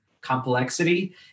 complexity